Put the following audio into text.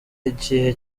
igihe